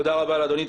תודה רבה לאדוני.